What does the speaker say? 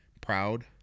proud